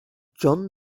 john